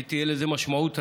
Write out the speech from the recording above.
ותהיה לזה משמעות רבה.